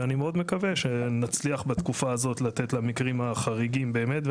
ואני מאוד מקווה שנצליח בתקופה הזאת לתת למקרים החריגים באמת.